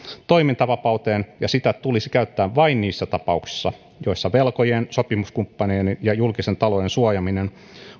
toimintavapauteen ja sitä tulisi käyttää vain niissä tapauksissa joissa velkojien sopimuskumppaneiden ja julkisen talouden suojaamiseen